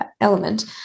element